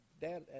dad